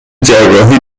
جراحی